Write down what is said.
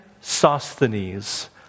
Sosthenes